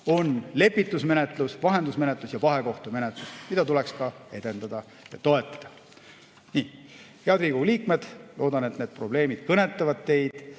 on lepitusmenetlus, vahendusmenetlus ja vahekohtumenetlus, mida tuleks ka edendada ja toetada. Head Riigikogu liikmed! Loodan, et need probleemid kõnetavad teid